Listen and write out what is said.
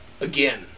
again